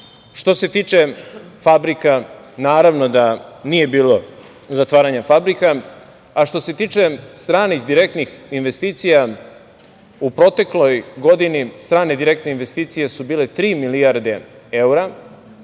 Što se tiče fabrika, naravno da nije bilo zatvaranja fabrika. A što se tiče stranih direktnih investicija u protekloj godini, strane direktne investicije su bile tri milijarde eura.